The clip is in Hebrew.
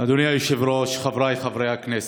אדוני היושב-ראש, חבריי חברי הכנסת,